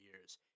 years